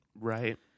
Right